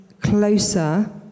closer